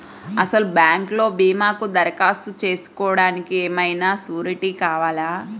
అసలు బ్యాంక్లో భీమాకు దరఖాస్తు చేసుకోవడానికి ఏమయినా సూరీటీ కావాలా?